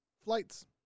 Flights